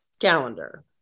calendar